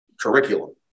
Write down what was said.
curriculum